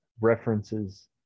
references